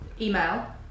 email